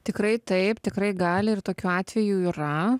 tikrai taip tikrai gali ir tokių atvejų yra